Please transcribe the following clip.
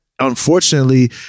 unfortunately